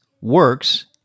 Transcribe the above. works